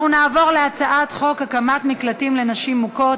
אנחנו נעבור להצעת חוק הקמת מקלטים לנשים מוכות,